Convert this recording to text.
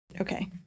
Okay